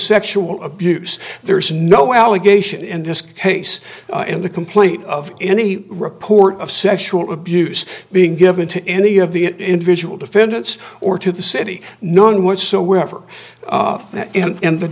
sexual abuse there's no allegation in this case in the complaint of any report of sexual abuse being given to any of the individual defendants or to the city none whatsoever and the